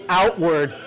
outward